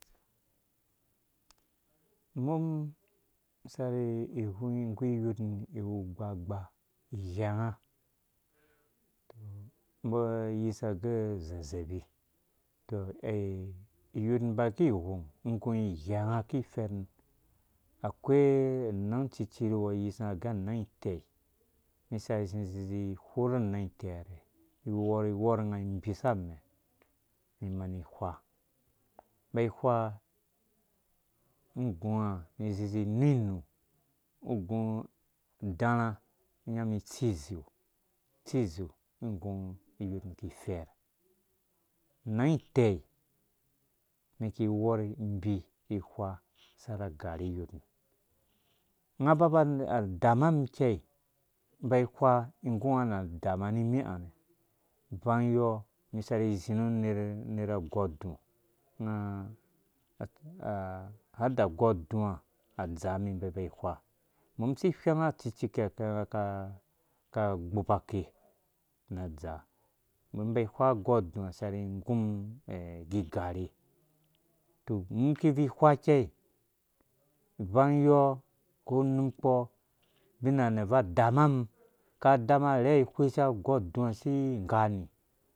Umum isar ighang iyotum iwu gbagba ighɛngo umbɔ ayisa gɛ uzezebi tɔ iyotum iba ki ighong umum igu ighɛnga ki ifɛtu akai anang cucii kuwɔ umbɔ ayisa agɛ anong itɛi harɛ ikhɔr ikɔr unga inbi sa amɛ ni mani ihwa ba ihwa ungo iguɔ ni izi izi inu inu ungo iguɔ idarha ungo inyaɔ mi itsisu itsisu umum igum iyotum kiifɛɛr anang itɛi umum ki ikhɔre ibi ihwa sara agari iyotum unga aba badama umum ikɛi umum iba ihwa igu unga na dama nimi ha nɛ ivang yɔ umum isari izi ru uner agou du unga hada agoudua adzaa umum iba ba ihwa umum isi ihwɛn acicii akirakɛ unga ka ka agbuba ke na adraa umum inba ijwa agoudau isari ingum igigare tɔ umum ki bvui ihwa ikɛi ivang yɔɔ ko umum kpɔɔ ubina nɛ abvui adamam ka ka dama arhɛɛ ihwɛ sha agoudua si igani